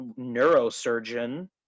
neurosurgeon